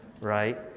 right